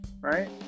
right